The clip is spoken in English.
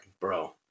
bro